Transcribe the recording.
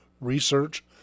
research